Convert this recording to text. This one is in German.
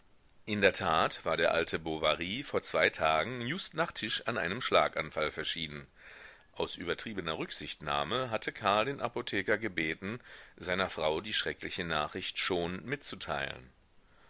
in der tat war der alte bovary vor zwei tagen just nach tisch an einem schlaganfall verschieden aus übertriebener rücksichtnahme hatte karl den apotheker gebeten seiner frau die schreckliche nachricht schonend mitzuteilen